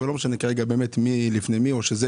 ולא משנה כרגע באמת מי לפני מי או שזה